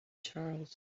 charles